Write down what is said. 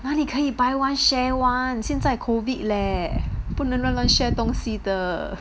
哪里可以 buy one share one 现在 COVID leh 不能乱乱 share 东西的